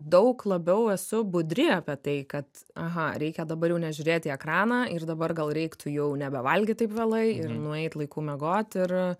daug labiau esu budri apie tai kad aha reikia dabar jau nežiūrėt į ekraną ir dabar gal reiktų jau nebe valgyt taip vėlai ir nueit laiku miegot ir